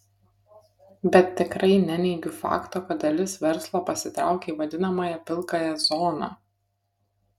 bet tikrai neneigiu fakto kad dalis verslo pasitraukė į vadinamąją pilkąją zoną